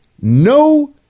no